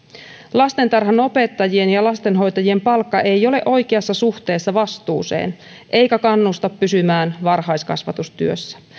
lastentarhanopettajien ja lastenhoitajien palkka ei ole oikeassa suhteessa vastuuseen eikä kannusta pysymään varhaiskasvatustyössä